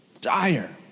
dire